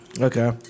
Okay